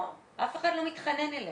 אף אחד לא מתחנן אליהם.